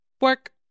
Work